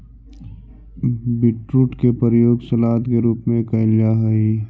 beetroot के प्रयोग सलाद के रूप में कैल जा हइ